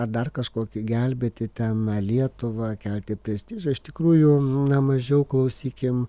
ar dar kažkokiu gelbėti ten lietuvą kelti prestižą iš tikrųjų na mažiau klausykim